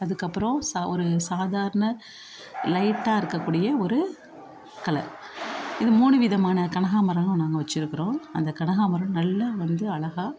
அதுக்கப்பறம் ச ஒரு சாதாரண லைட்டாக இருக்கக்கூடிய ஒரு கலர் இது மூணு விதமான கனகாமரமும் நாங்கள் வச்சிருக்கிறோம் அந்த கனகாமரம் நல்லா வந்து அழகா